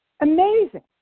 amazing